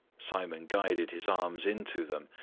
simon guided his arms into them,